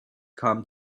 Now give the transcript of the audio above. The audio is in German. kam